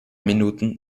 minuten